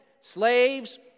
slaves